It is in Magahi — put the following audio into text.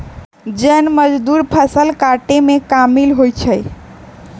जन मजदुर फ़सल काटेमें कामिल होइ छइ